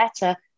better